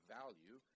value